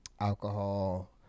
alcohol